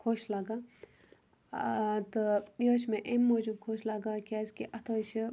خۄش لگان آ تہٕ یہِ حظ چھِ مےٚ امہِ موٗجوٗب خۄش لگان کیازِ کہِ اَتھ حظ چھِ